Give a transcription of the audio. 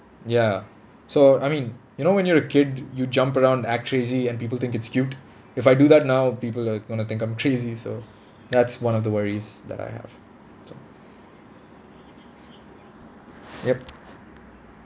ya so I mean you know when you're a kid you jump around act crazy and people think it's cute if I do that now people are going to think I'm crazy so that's one of the worries that I have so yup